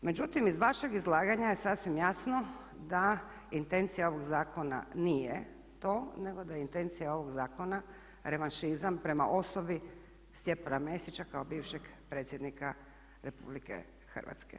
Međutim, iz vašeg izlaganja je sasvim jasno da intencija ovog zakona nije to nego da intencija ovog zakona revanšizam prema osobi Stjepana Mesića kao bivšeg predsjednika RH.